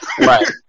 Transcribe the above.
right